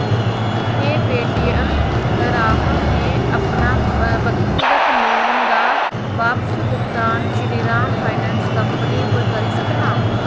केह् पेटीएम राह् में अपना व्यक्तिगत लोन दा बापस भुगतान श्रीराम फाइनैंस कंपनी उप्पर करी सकनां